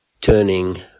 turning